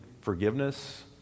forgiveness